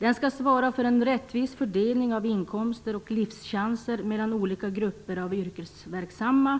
Den skall svara för en rättvis fördelning av inkomster och livschanser mellan olika grupper av yrkesverksamma